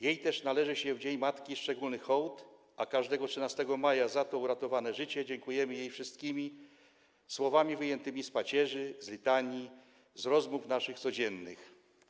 Jej też należy się w Dzień Matki szczególny hołd, a każdego 13 maja za to uratowane życie dziękujemy jej wszystkimi słowami wyjętymi z pacierzy, z litanii, z rozmów naszych codziennych.